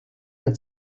der